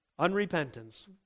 Unrepentance